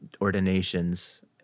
ordinations